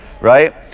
Right